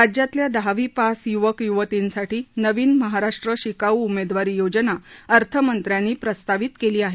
राज्यातल्या दहावी पास युवक युवतींसाठी नवीन महाराष्ट्र शिकाऊ उमेदवारी योजना अर्थमंत्र्यांनी प्रस्तावित केली आहे